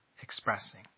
expressing